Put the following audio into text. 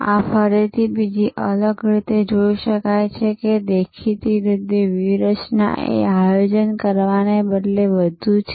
આ ફરીથી બીજી અલગ રીતે જોઈ શકાય છે કેદેખીતી રીતે વ્યૂહરચના એ આયોજન કરવાને બદલે વધુ છે